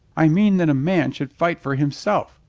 i mean that a man should fight for himself,